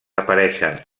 apareixen